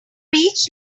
beach